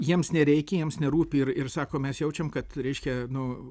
jiems nereikia jiems nerūpi ir ir sako mes jaučiam kad reiškia nu